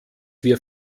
wir